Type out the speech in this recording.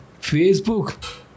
Facebook